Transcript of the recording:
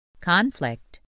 Conflict